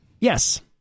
Yes